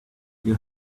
you